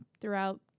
throughout